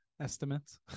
estimates